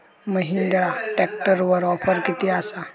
महिंद्रा ट्रॅकटरवर ऑफर किती आसा?